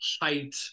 height